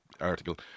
article